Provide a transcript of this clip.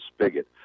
spigot